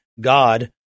God